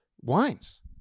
wines